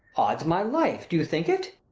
ods my life! do you think it?